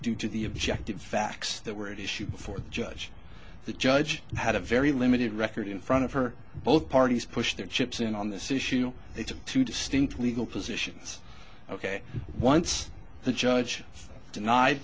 due to the objective facts that were at issue before judge the judge had a very limited record in front of her both parties pushed their chips in on this issue they took two distinct legal positions ok once the judge denied